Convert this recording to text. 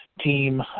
team